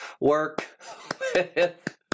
Work